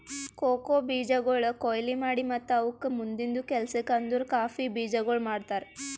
cocoa ಬೀಜಗೊಳ್ ಕೊಯ್ಲಿ ಮಾಡಿ ಮತ್ತ ಅವುಕ್ ಮುಂದಿಂದು ಕೆಲಸಕ್ ಅಂದುರ್ ಕಾಫಿ ಬೀಜಗೊಳ್ ಮಾಡ್ತಾರ್